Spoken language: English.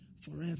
forever